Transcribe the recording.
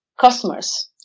customers